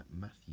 Matthew